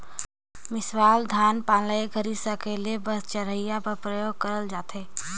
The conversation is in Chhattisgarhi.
मिसावल धान पान ल एक घरी सकेले बर चरहिया कर परियोग करल जाथे